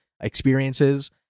experiences